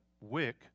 wick